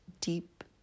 Deep